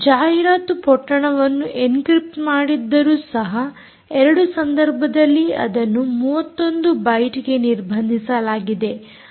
ಜಾಹೀರಾತು ಪೊಟ್ಟಣವನ್ನು ಎನ್ಕ್ರಿಪ್ಟ್ ಮಾಡಿದ್ದರು ಸಹ ಎರಡು ಸಂದರ್ಭದಲ್ಲಿ ಅದನ್ನು 31ಬೈಟ್ಗೆ ನಿರ್ಬಂಧಿಸಲಾಗಿದೆ